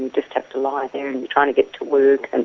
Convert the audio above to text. you'd just have to lie there, and you're trying to get to work. and